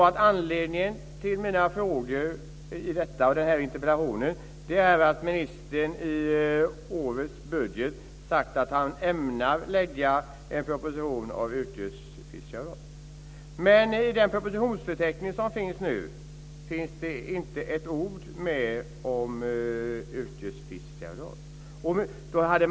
Anledningen till mina frågor i interpellationen är att ministern i årets budget framhållit att han ämnar lägga fram en proposition om yrkesfiskaravdrag. Men i den propositionsförteckning som nu föreligger finns inte ett ord om yrkesfiskaravdrag.